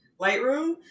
Lightroom